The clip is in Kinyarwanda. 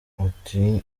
ati